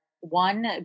one